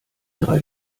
drei